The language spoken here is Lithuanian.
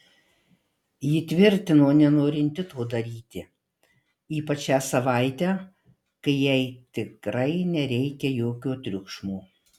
ji tvirtino nenorinti to daryti ypač šią savaitę kai jai tikrai nereikia jokio triukšmo